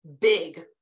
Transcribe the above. big